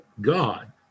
God